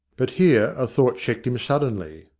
but here a thought checked him suddenly.